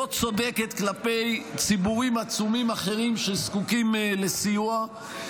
לא צודקת כלפי ציבורים עצומים אחרים שזקוקים לסיוע,